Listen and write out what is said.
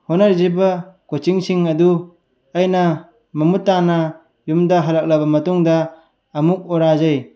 ꯍꯣꯠꯅꯖꯔꯤꯕ ꯀꯣꯆꯤꯡꯁꯤꯡ ꯑꯗꯨ ꯑꯩꯅ ꯃꯃꯨꯠ ꯇꯥꯅ ꯌꯨꯝꯗ ꯍꯂꯂꯛꯂꯕ ꯃꯇꯨꯡꯗ ꯑꯃꯨꯛ ꯑꯣꯔꯥꯏꯖꯩ